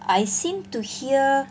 I seem to hear